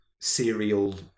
serial